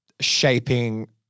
shaping